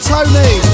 Tony